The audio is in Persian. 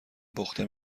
پخته